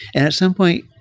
at some point,